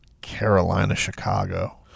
Carolina-Chicago